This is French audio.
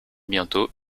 bientôt